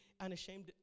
unashamed